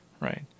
right